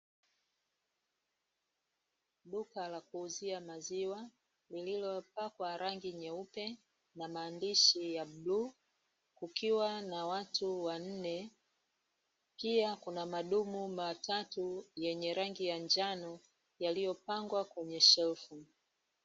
Duka la kuuzia maziwa lililopakwa rangi nyeupe na maandishi ya bluu, kukiwa na watu wanne. Pia kuna madumu matatu yenye rangi ya njano, yaliyopangwa kwenye shelfu.